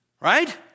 right